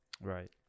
Right